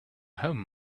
home